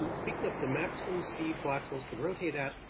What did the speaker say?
and speaking of the maximum speed black holes can rotate at,